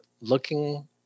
looking